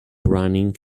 running